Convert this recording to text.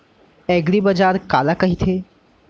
एगरीबाजार काला कहिथे?